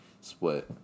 split